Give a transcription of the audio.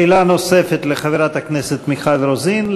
שאלה נוספת לחברת הכנסת מיכל רוזין.